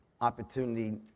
opportunity